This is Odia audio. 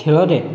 ଖେଳରେ